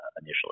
initially